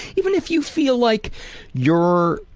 even if you feel like you're